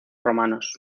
romanos